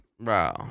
Bro